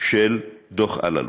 של דוח אלאלוף.